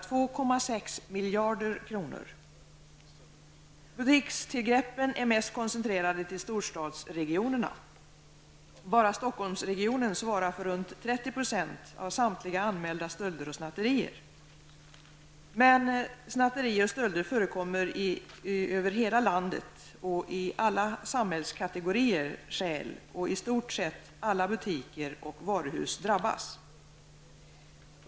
Siffrorna motsvarar ca Butikstillgreppen är mest koncentrerade till storstadsregionerna. Bara Stockholmsregionen svarar för runt 30 % av samtliga anmälda stölder och snatterier. Men snatterier och stölder förekommer över hela landet. Alla samhällskategorier stjäl, och i stort sett alla butiker och varuhus drabbas.